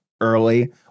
early